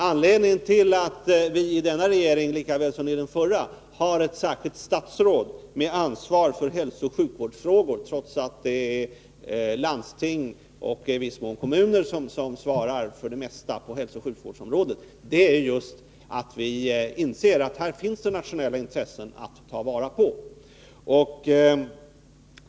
Anledningen till att vi i denna regering liksom i den förra har ett särskilt statsråd med ansvar för hälsooch sjukvårdsfrågor, trots att landsting och i viss mån kommuner svarar för det 3 mesta på hälsooch sjukvårdsområdet, är att vi inser att det här finns nationella intressen att ta vara på.